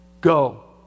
go